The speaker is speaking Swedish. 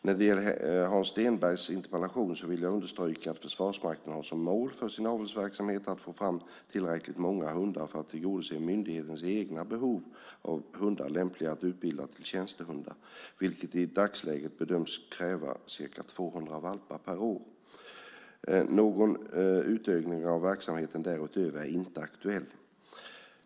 När det gäller Hans Stenbergs interpellation vill jag understryka att Försvarsmakten har som mål för sin avelsverksamhet att få fram tillräckligt många hundar för att tillgodose myndighetens egna behov av hundar lämpliga att utbilda till tjänstehundar, vilket i dagsläget bedöms kräva ca 200 valpar per år. Någon utökning av verksamheten därutöver är inte aktuell.